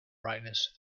brightness